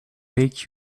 make